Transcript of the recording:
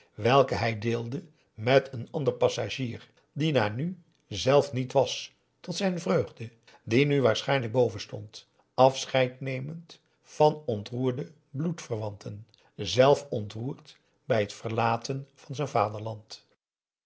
welke hij deelde met een ander passagier die daar nu zelf niet was tot zijn vreugde die nu waarschijnlijk boven stond afscheid nemend van ontroerde bloedverwanten zelf ontroerd bij het verlaten van z'n